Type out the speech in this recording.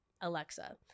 Alexa